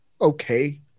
Okay